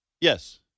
Yes